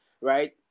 right